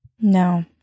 No